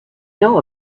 know